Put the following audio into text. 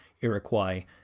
Iroquois